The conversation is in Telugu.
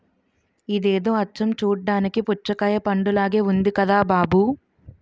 ఇదేదో అచ్చం చూడ్డానికి పుచ్చకాయ పండులాగే ఉంది కదా బాబూ